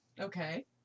Okay